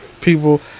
people